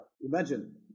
Imagine